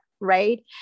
right